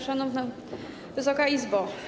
Szanowna Wysoka Izbo!